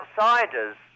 outsiders